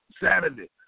Saturday